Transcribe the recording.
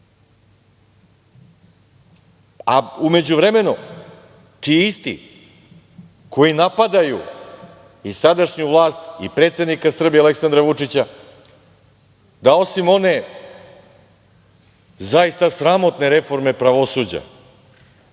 međuvremenu ti isti koji napadaju i sadašnju vlast i predsednika Srbije Aleksandra Vučića, da osim one zaista sramotne reforme pravosuđa,